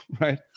Right